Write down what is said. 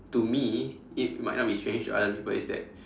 to me it might not be strange to other people is that